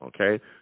okay